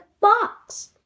box